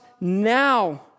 Now